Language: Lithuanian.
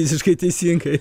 visiškai teisingai